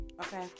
okay